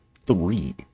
three